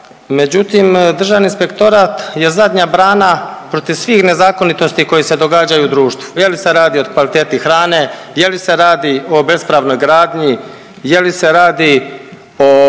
međutim Državni inspektorat je zadnja brana protiv svih nezakonitosti koji se događaju u društvu. Je li se radi o kvaliteti hrane, je li se radi o bespravnoj gradnji, je li se radi o